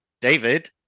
David